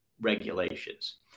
regulations